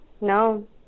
no